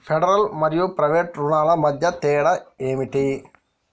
Federal మరియు private రుణాల మధ్య తేడా ఏమిటి?